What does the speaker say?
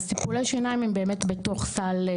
אז טיפולי שיניים הם באמת בתוך סל,